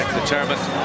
Determined